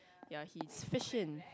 ya he's fishing